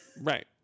right